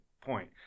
point